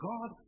God